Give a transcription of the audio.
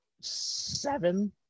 Seven